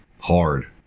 Hard